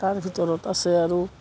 তাৰ ভিতৰত আছে আৰু